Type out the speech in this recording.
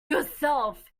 yourself